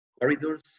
corridors